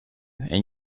and